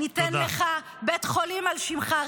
ניתן לך בית חולים על שמך,